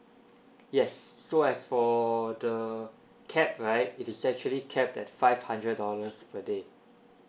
yes so as for the capped right is actually capped at five hundred dollars per day